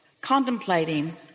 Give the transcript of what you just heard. contemplating